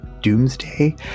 doomsday